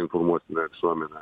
informuoti visuomenę